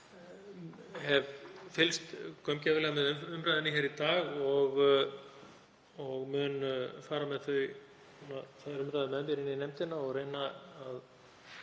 hef fylgst gaumgæfilega með umræðunni hér í dag og mun fara með þær umræður með mér inn í nefndina og reyna að